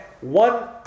One